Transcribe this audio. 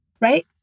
right